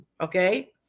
okay